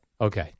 Okay